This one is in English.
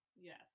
Yes